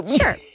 Sure